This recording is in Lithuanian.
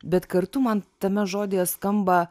bet kartu man tame žodyje skamba